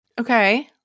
Okay